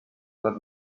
what